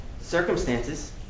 Circumstances